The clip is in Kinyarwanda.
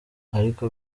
ariko